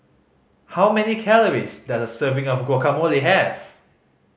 how many calories does a serving of Guacamole have